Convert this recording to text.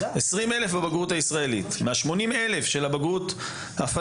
ו-20 אלף לבגרות הישראלית.